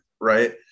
right